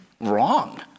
wrong